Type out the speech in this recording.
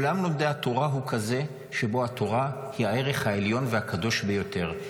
עולם לומדי התורה הוא כזה שבו התורה היא הערך העליון והקדוש ביותר.